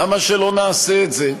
למה שלא נעשה את זה,